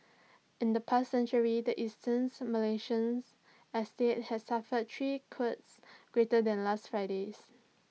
in the past century the Eastern Malaysian as state has suffered three quakes greater than last Friday's